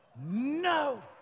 no